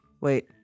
Wait